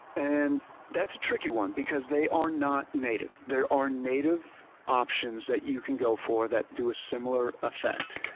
and that's a tricky one because they are not native. there are native options that you can go for that do a similar effect.